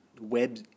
web